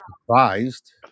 surprised